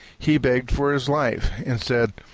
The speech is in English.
he begged for his life, and said,